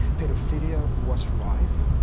pedophilia was rife,